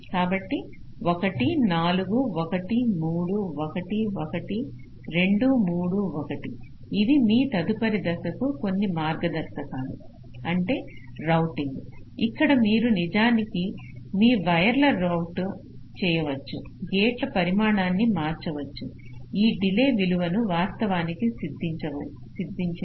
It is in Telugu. కాబట్టి 1 4 1 3 1 1 2 3 1 ఇవి మీ తదుపరి దశకు కొన్ని మార్గదర్శకాలు అంటే రౌటింగ్ ఇక్కడ మీరు నిజానికి మీ వైర్లను రౌట్ చేయవచ్చు గేట్ల పరిమాణాన్ని మార్చవచ్చు ఈ డిలే విలువలు వాస్తవానికి సిద్ధించినవి